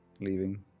leaving